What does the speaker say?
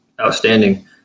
outstanding